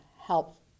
help